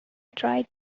dry